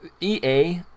ea